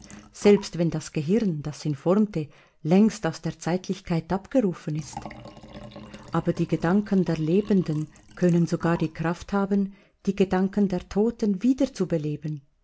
selbst wenn das gehirn das ihn formte längst aus der zeitlichkeit abgerufen ist aber die gedanken der lebenden können sogar die kraft haben die gedanken der toten